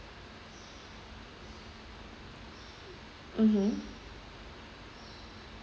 mmhmm